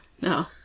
no